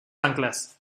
anclas